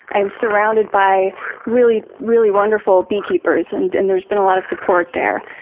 i'm surrounded by really really wonderful beekeepers and and there's been a lot of support there.